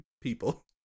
people